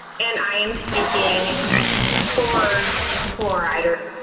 and i am speaking for fluoride or